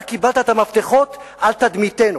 אתה קיבלת את המפתחות על תדמיתנו.